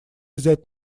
взять